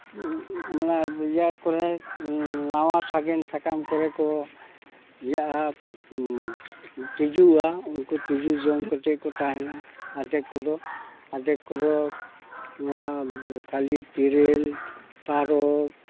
ᱢᱟᱱᱮ ᱤᱭᱟᱹ ᱠᱚᱨᱮ ᱱᱟᱣᱟ ᱥᱟᱜᱮᱱ ᱥᱟᱠᱟᱢ ᱠᱚᱨᱮ ᱠᱚ ᱤᱩᱟᱹᱜᱼᱟ ᱛᱤᱡᱩᱜᱼᱟ ᱩᱱᱠᱩ ᱛᱤᱡᱩ ᱡᱚᱢ ᱠᱟᱛᱮᱫ ᱜᱮᱠᱚ ᱛᱟᱦᱮᱱᱟ ᱟᱫᱷᱮᱠ ᱠᱚᱫᱚ ᱟᱫᱷᱮᱠ ᱠᱚᱫᱚ ᱱᱚᱣᱟ ᱠᱷᱟᱹᱞᱤ ᱛᱮᱨᱮᱞ ᱛᱟᱨᱚᱵᱽ